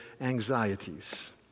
anxieties